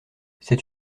c’est